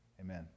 Amen